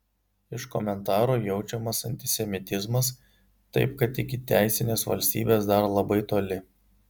iš komentarų jaučiamas antisemitizmas taip kad iki teisinės valstybės dar labai toli